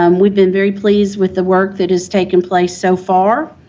um we've been very pleased with the work that has taken place so far.